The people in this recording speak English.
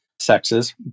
sexes